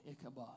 Ichabod